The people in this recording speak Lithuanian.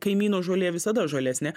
kaimyno žolė visada žalesnė